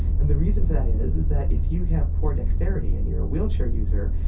and the reason for that is is that if you have poor dexterity and you are a wheelchair user,